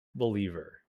believer